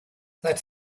that